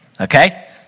Okay